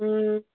ꯎꯝ